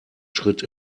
schritt